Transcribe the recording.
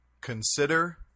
Consider